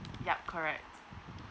yup correct